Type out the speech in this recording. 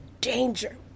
danger